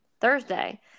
Thursday